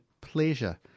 pleasure